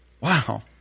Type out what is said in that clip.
wow